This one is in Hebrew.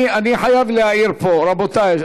אני חייב להעיר פה: רבותי,